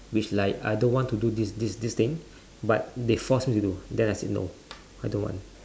which like I don't want to do this this this thing but then they force me to do but I am said no I don't want